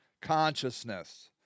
consciousness